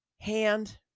hand